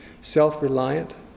self-reliant